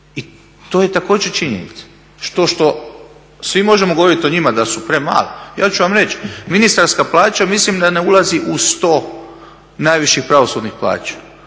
i to je također činjenica. To što svi možemo govoriti o njima da su premale. Ja ću vam reći, ministarska plaća mislim da ne ulazi u sto najviših pravosudnih plaća.